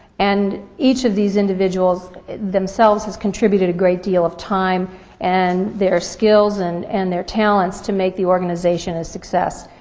and each of these individuals themselves has contributed a great deal of time and their skills and and their talents to make the organization a success.